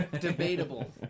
debatable